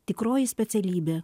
tikroji specialybė